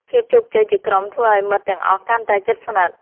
ភាពជោគជ័យជាក្រុមធ្វើឲ្យមិត្តទាំងអស់កាន់តែជិតស្និទ្ធ។